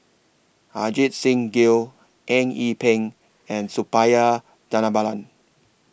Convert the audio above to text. Ajit Singh Gill Eng Yee Peng and Suppiah Dhanabalan